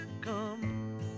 come